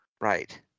Right